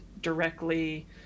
directly